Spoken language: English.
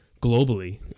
globally